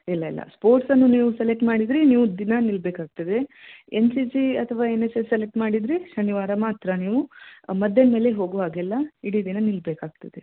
ಇಲ್ಲ ಇಲ್ಲ ಸ್ಪೋರ್ಟ್ಸನ್ನು ನೀವು ಸೆಲೆಕ್ಟ್ ಮಾಡಿದರೆ ನೀವು ದಿನಾ ನಿಲ್ಬೇಕಾಗ್ತದೆ ಎನ್ ಸಿ ಸಿ ಅಥವಾ ಎನ್ ಎಸ್ ಎಸ್ ಸೆಲೆಕ್ಟ್ ಮಾಡಿದರೆ ಶನಿವಾರ ಮಾತ್ರ ನೀವು ಮಧ್ಯಾಹ್ನ ಮೇಲೆ ಹೋಗುವಾಗಿಲ್ಲ ಇಡೀ ದಿನ ನಿಲ್ಬೇಕಾಗ್ತದೆ